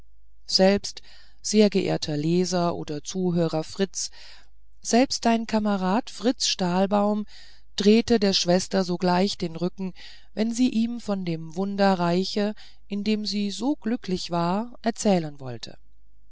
selbst sehr geehrter leser oder zuhörer fritz selbst dein kamerad fritz stahlbaum drehte der schwester sogleich den rücken wenn sie ihm von dem wunderreiche in dem sie so glücklich war erzählen wollte